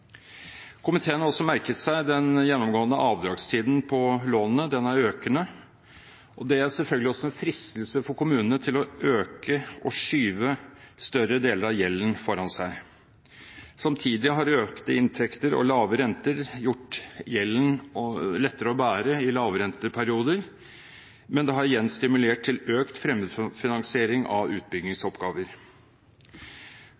Komiteen har også merket seg at den gjennomgående avdragstiden på lånene er økende, og det er selvfølgelig også en fristelse for kommunene til å kunne skyve større deler av gjelden foran seg. Samtidig har økte inntekter og lave renter gjort gjelden lettere å bære i lavrenteperioder, men det har igjen stimulert til økt fremmedfinansiering av utbyggingsoppgaver.